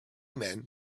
men